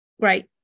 great